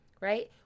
Right